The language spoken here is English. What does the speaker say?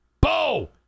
Bo